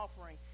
offering